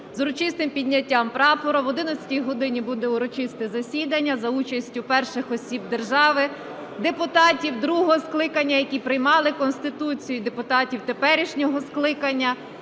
з урочистим підняттям прапору. Об 11 годині буде урочисте засідання за участю перших осіб держави, депутатів другого скликання, які приймали Конституцію, депутатів теперішнього скликання.